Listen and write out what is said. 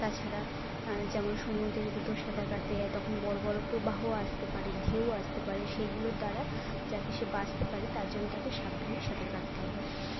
তাছাড়া যেমন সমুদ্রে যদি কেউ সাঁতার কাটতে যায় তখন বড়ো বড়ো প্রবাহ আসতে পারে ঢেঊ আসতে পারে সেগুলোর দ্বারা যাতে সে বাঁচতে পারে তার জন্য তাকে সাবধানে সাঁতার কাটতে হবে